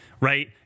right